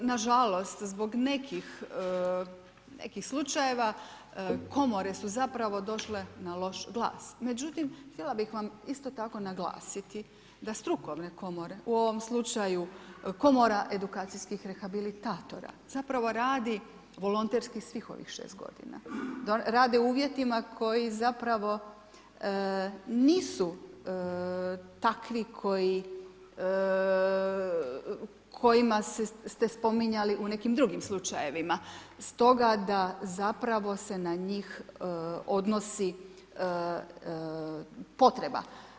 Nažalost zbog nekih slučajeva, komore su zapravo došle na loš glas međutim htjela bih vam isto tako naglasiti da strukovne komore u ovom slučaju, Komora edukacijskih rehabilitatora zapravo radi volonterski svih ovih 6 g., rade u uvjetima koji zapravo nisu takvi kojima ste spominjali u nekim drugim slučajevima stoga da zapravo se na njih odnosi potreba.